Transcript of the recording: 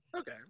Okay